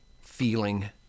feeling